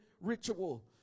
ritual